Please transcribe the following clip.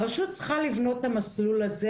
הרשות צריכה לבנות את המסלול הזה.